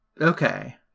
Okay